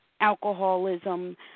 alcoholism